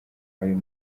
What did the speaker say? ayo